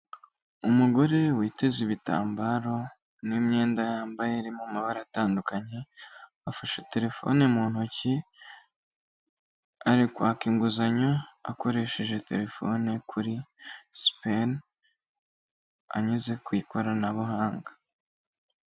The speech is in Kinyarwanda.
Umugore witeze ibitambaro n'imyenda yambaye iri mu mabara atandukanye, afashe telefone mu ntoki, ari kwaka inguzanyo akoresheje terefone kuri sipeni anyuze ku ikoranabuhanga.